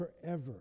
forever